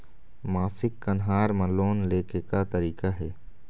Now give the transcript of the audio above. मासिक कन्हार म लोन ले के का तरीका हे?